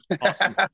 Awesome